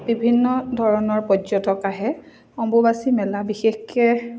বিভিন্ন ধৰণৰ পৰ্যটক আহে অম্বুবাচী মেলা বিশেষকে